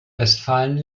westfalen